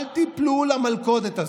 אל תיפלו למלכודת הזאת.